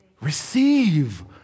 Receive